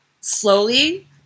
slowly